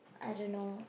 I don't know